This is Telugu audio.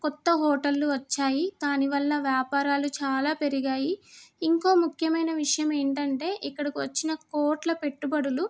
కొత్త హోటళ్ళు వచ్చాయి దానివల్ల వ్యాపారాలు చాలా పెరిగాయి ఇంకో ముఖ్యమైన విషయం ఏంటంటే ఇక్కడికి వచ్చిన కోట్ల పెట్టుబడులు